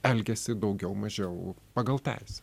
elgiasi daugiau mažiau pagal teisę